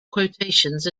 quotations